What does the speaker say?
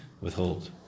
withhold